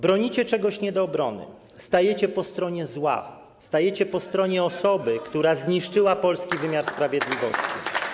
Bronicie czegoś nie do obrony, stajecie po stronie zła, stajecie po stronie osoby, która zniszczyła polski wymiar sprawiedliwości.